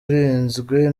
urinzwe